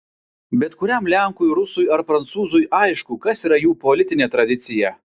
bet kuriam lenkui rusui ar prancūzui aišku kas yra jų politinė tradicija